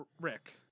Rick